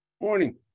Morning